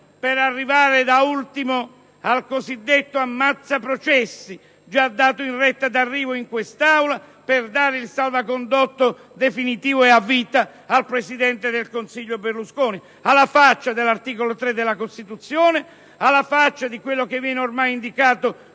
per arrivare, infine, al cosiddetto ammazza-processi, già in arrivo in quest'Aula, per dare il salvacondotto definitivo e a vita al presidente del Consiglio Berlusconi, alla faccia dell'articolo 3 della Costituzione e alla faccia di quello che viene ormai indicato